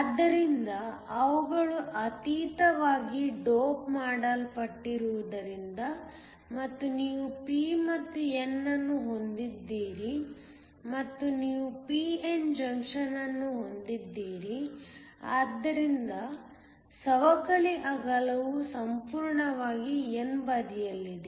ಆದ್ದರಿಂದ ಅವುಗಳು ಅತೀವವಾಗಿ ಡೋಪ್ ಮಾಡಲ್ಪಟ್ಟಿರುವುದರಿಂದ ಮತ್ತು ನೀವು p ಮತ್ತು n ಅನ್ನು ಹೊಂದಿದ್ದೀರಿ ಮತ್ತು ನೀವು p n ಜಂಕ್ಷನ್ ಅನ್ನು ಹೊಂದಿದ್ದೀರಿ ಆದ್ದರಿಂದ ಸವಕಳಿ ಅಗಲವು ಸಂಪೂರ್ಣವಾಗಿ n ಬದಿಯಲ್ಲಿದೆ